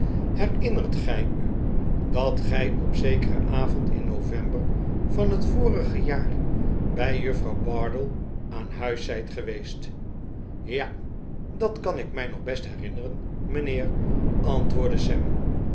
herinnert gij u dat gij op zekeren avond in november van het vorige jaar bij juffrouw bardell aan huis zijt geweest ja dat kan ik mij nog best herinneren mijnheer antwoordde